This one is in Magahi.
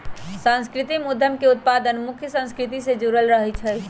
सांस्कृतिक उद्यम के उत्पाद मुख्य संस्कृति से जुड़ल रहइ छै